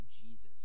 Jesus